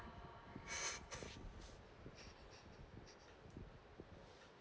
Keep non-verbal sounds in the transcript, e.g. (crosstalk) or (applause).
(breath)